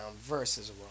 versus